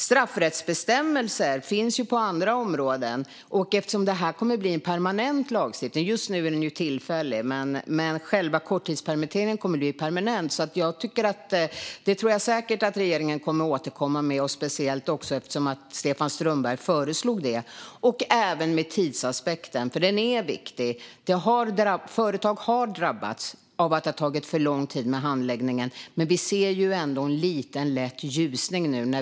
Straffrättsbestämmelser finns på andra områden. Just nu är det tillfällig lagstiftning, men eftersom själva korttidspermitteringen kommer att bli permanent kommer regeringen säkert att återkomma med det, speciellt eftersom Stefan Strömberg föreslog det. Det gäller även tidsaspekten. Den är viktig. Företag har drabbats av att handläggningen har tagit för lång tid. Men vi ser ändå en liten, lätt ljusning.